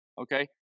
okay